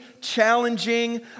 challenging